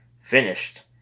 Finished